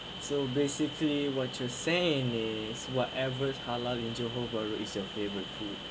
so basically what you're saying is whatever halal in johor bahru is your favourite food